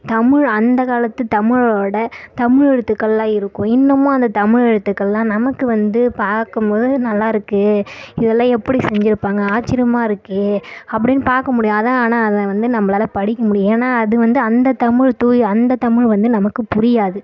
தமிழ் அந்த காலத்து தமிழோட தமிழ் எழுத்துக்கள்லாம் இருக்கும் இன்னமும் அந்த தமிழ் எழுத்துக்கள்லாம் நமக்கு வந்து பார்க்கும்போது நல்லாயிருக்கு இதெல்லாம் எப்படி செஞ்சிருப்பாங்க ஆச்சர்யமா இருக்கே அப்படின்னு பார்க்க முடியும் ஆனால் அதை வந்து நம்மளால படிக்க முடியாது ஏன்னா அது வந்து அந்த தமிழ் தூய அந்த தமிழ் வந்து நமக்கு புரியாது